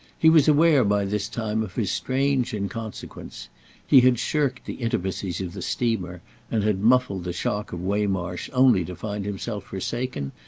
he was aware by this time of his strange inconsequence he had shirked the intimacies of the steamer and had muffled the shock of waymarsh only to find himself forsaken,